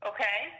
Okay